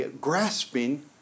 grasping